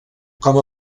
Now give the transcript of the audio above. com